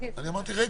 אמרתי רגע.